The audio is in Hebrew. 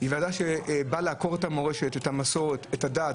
שבאה לעקור את המורשת, את המסורת, את הדת.